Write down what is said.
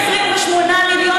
קיצצתם 28 מיליון